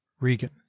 Regan